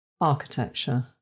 architecture